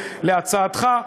להצעתך,